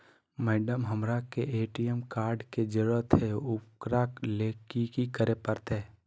Madam, हमरा के ATM card के जरूरत है ऊकरा ले की की करे परते?